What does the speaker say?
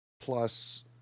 plus